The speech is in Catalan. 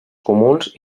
comuns